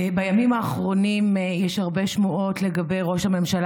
בימים האחרונים יש הרבה שמועות לגבי ראש הממשלה